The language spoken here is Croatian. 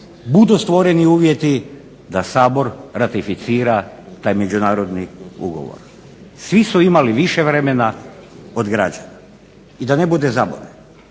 budu stvoreni uvjeti da Sabor ratificira taj međunarodni ugovor. Svi su imali više vremena od građana. I da ne bude zaborava,